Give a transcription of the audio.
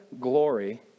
glory